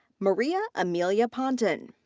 maria emilia ponton.